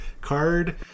card